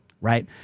Right